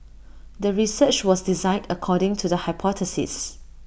the research was designed according to the hypothesis